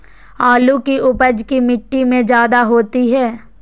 आलु की उपज की मिट्टी में जायदा होती है?